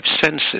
senses